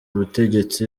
ubutegetsi